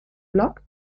blog